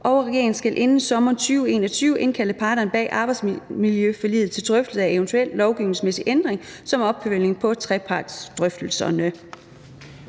regeringen skal inden sommeren 2021 indkalde parterne bag arbejdsmiljøforliget til drøftelse af evt. lovgivningsmæssig ændring som opfølgning på trepartsdrøftelserne.«